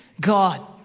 God